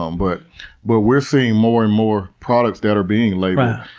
um but but we're seeing more and more products that are being labeled,